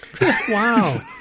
wow